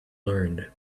learned